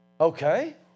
Okay